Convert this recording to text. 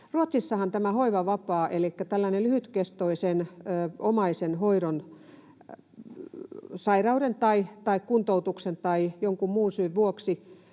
Ruotsissahan hoivavapaan — tällaisen lyhytkestoisen omaisen hoidon, sairauden tai kuntoutuksen tai jonkun muun syyn — vuoksi